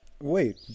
Wait